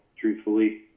Truthfully